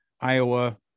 Iowa